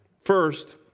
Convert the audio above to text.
First